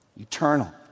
Eternal